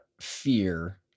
fear